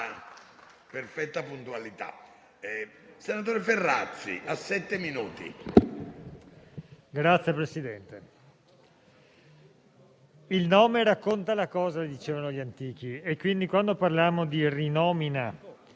Signor Presidente, «il nome racconta la cosa», dicevano gli antichi per cui, quando parliamo di rinomina